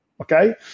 Okay